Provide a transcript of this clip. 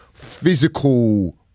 physical